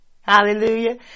Hallelujah